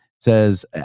says